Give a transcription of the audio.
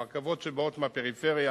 הרכבות שבאות מהפריפריה